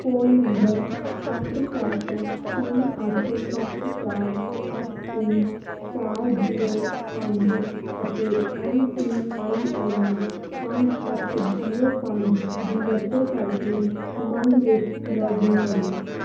phone number ਅੱਠ ਸੱਤ ਤਿੰਨ ਅੱਠ ਸੱਤ ਚਾਰ ਅੱਠ ਤਿੰਨ ਚਾਰ ਜ਼ੀਰੋ ਪੰਜ ਅਤੇ ਐੱਮ ਪੀ ਆਈ ਐੱਨ ਪੰਜ ਅੱਠ ਜ਼ੀਰੋ ਪੰਜ ਦੀ ਵਰਤੋਂ ਕਰ ਕੇ ਉਮੰਗ ਵਿੱਚ ਲੌਗਇਨ ਕਰੋ